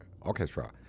orchestra